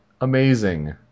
amazing